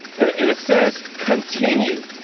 and it it says, continue.